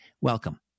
welcome